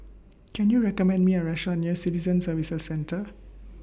Can YOU recommend Me A Restaurant near Citizen Services Centre